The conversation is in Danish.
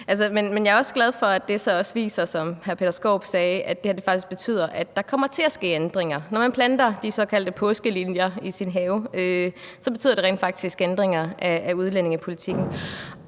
sagde, at det faktisk betyder, at der kommer til at ske ændringer. Når man planter de såkaldte påskeliljer i sin have, betyder det faktisk ændringer af udlændingepolitikken.